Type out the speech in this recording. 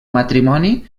matrimoni